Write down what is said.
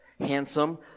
handsome